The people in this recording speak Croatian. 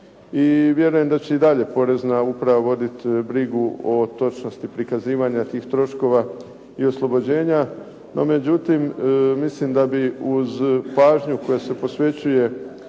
I vjerujem da će i dalje porezna uprava voditi brigu o točnosti prikazivanja tih troškova i oslobođenja. No, međutim, mislim da bi uz pažnju koja se posvećuje